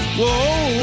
whoa